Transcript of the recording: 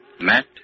Matt